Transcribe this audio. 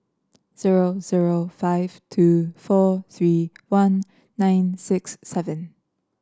zero zero five two four three one nine six seven